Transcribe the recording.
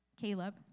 Caleb